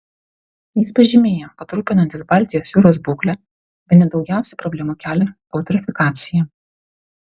jis pažymėjo kad rūpinantis baltijos jūros būkle bene daugiausiai problemų kelia eutrofikacija